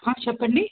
చెప్పండి